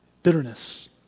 Bitterness